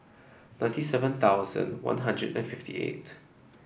ninety seven thousand One Hundred and fifty eight